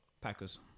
Packers